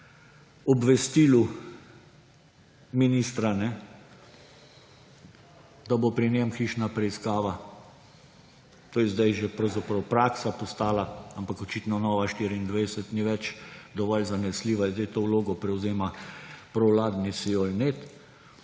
obvestilu ministra, da bo pri njem hišna preiskava. To je zdaj že pravzaprav praksa postala, ampak očitno Nova24 ni več dovolj zanesljiva, zdaj to vlogo prevzema provladni Siol.net,